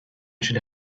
should